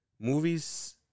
Movies